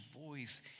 voice